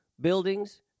buildings